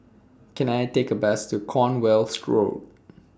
Can I Take A Bus to Cornwall Road